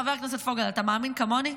חבר הכנסת פוגל, אתה מאמין כמוני?